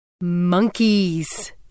Monkeys